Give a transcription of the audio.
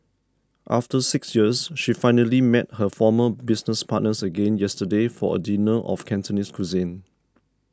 after six years she finally met her former business partners again yesterday for a dinner of Cantonese cuisine